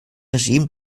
regime